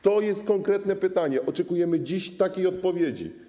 To jest konkretne pytanie, oczekujemy dziś odpowiedzi.